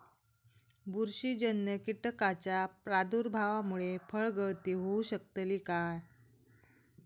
बुरशीजन्य कीटकाच्या प्रादुर्भावामूळे फळगळती होऊ शकतली काय?